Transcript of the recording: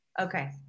Okay